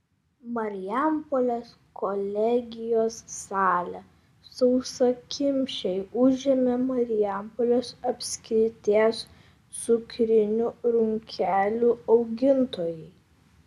marijampolės kolegijos salę sausakimšai užėmė marijampolės apskrities cukrinių runkelių augintojai